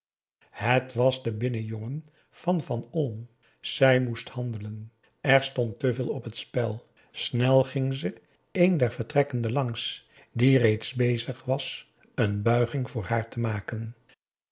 het was de binnenjongen van van olm zij moest handelen er stond te veel op het spel snel ging ze een der vertrekkenden langs die reeds bezig was n buiging voor haar te maken